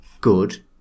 good